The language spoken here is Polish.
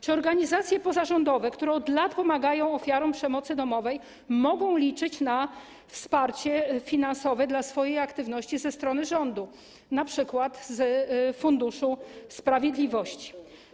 Czy organizacje pozarządowe, które od lat pomagają ofiarom przemocy domowej, mogą liczyć na wsparcie finansowe na swoją działalność ze strony rządu, np. z Funduszu Sprawiedliwości?